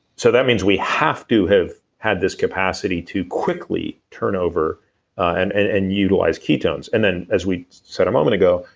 so that means we have to have had this capacity to quickly turn over and and and utilize ketones. and then as we said a moment ago,